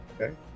Okay